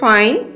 Fine